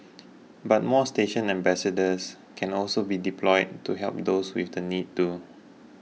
but more station ambassadors can also be deployed to help those with the need too